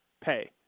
pay